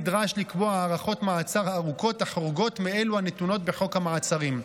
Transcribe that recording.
נדרש לקבוע הארכות מעצר ארוכות החריגות מאלו הנתונות בחוק המעצרים.